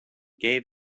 gave